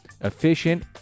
efficient